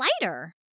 lighter